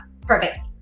perfect